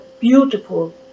beautiful